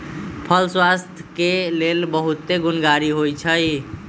फल स्वास्थ्य के लेल बहुते गुणकारी होइ छइ